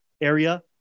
area